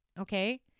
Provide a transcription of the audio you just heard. Okay